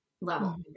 level